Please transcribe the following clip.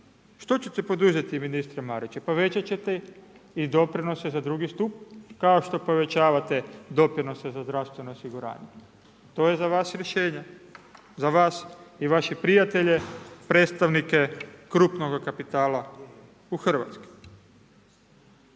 Što ćete poduzeti, ministre Marić? Povećat ćete i doprinos za II. stup kao što povećavate doprinose za zdravstveno osiguranje. To je za vas rješenje, za vas i vaše prijatelje, predstavnike krupnoga kapitala u Hrvatskoj.